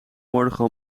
morgen